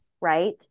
right